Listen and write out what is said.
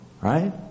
right